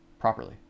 properly